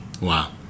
Wow